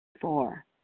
Four